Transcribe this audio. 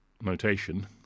notation